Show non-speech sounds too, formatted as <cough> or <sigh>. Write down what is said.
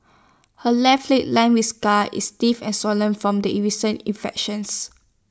her left leg lined with scars is stiff and swollen from the <unintelligible> recent infections